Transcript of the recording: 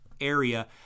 area